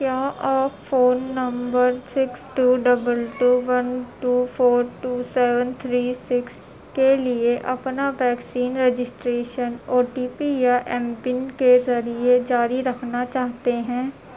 کیا آپ phone number six two double two one two four two seven three six کے لیے اپنا vaccine registration O T P یا ایم پن کے ذریعے جاری رکھنا چاہتے ہیں